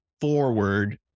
forward